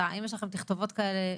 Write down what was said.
האם יש לכם תכתובות כאלה?